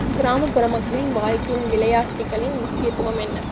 கிராமப்புற மக்களின் வாழ்க்கையின் விளையாட்டுக்களின் முக்கியத்துவம் என்ன